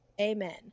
Amen